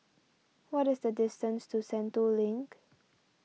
what is the distance to Sentul Link